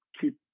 keep